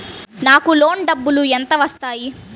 నాకు లోన్ డబ్బులు ఎంత వస్తాయి?